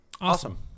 Awesome